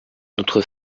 notre